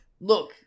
look